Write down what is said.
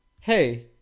Hey